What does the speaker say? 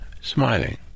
smiling